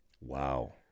Wow